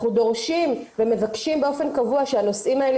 אנחנו דורשים ומבקשים באופן קבוע שהנושאים האלה